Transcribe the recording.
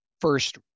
first